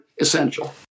essential